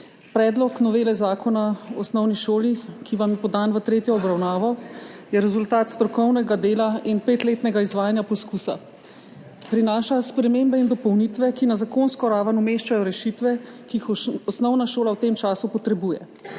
Predlog novele Zakona o osnovni šoli, ki vam je podan v tretjo obravnavo, je rezultat strokovnega dela in petletnega izvajanja poskusa. Prinaša spremembe in dopolnitve, ki na zakonsko raven umeščajo rešitve, ki jih osnovna šola v tem času potrebuje.